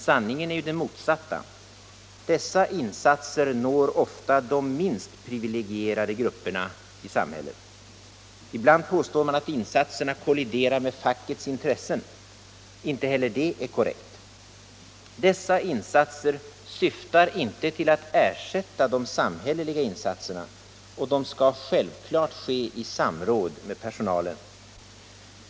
Sanningen är ju den motsatta: dessa insatser når ofta de minst privilegierade grupperna i vårt samhälle. Ibland påstår man att insatserna kolliderar med fackets intressen. Inte heller det är korrekt. Dessa insatser syftar inte till att ersätta de samhälleliga insatserna, och de skall självfallet ske i samråd med personalen.